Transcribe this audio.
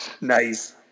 Nice